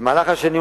במהלך השנים,